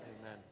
Amen